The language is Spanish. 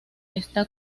está